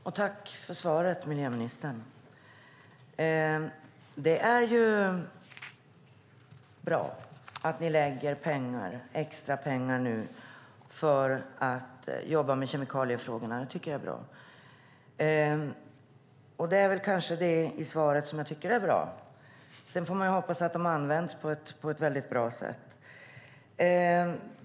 Herr talman! Jag tackar miljöministern för svaret. Det är bra att ni nu lägger extra pengar på arbete med kemikaliefrågorna. Det är vad jag tycker är bra i svaret. Sedan får man hoppas att de används på ett bra sätt.